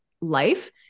life